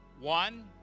One